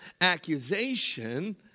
accusation